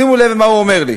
שימו לב מה הוא אומר לי: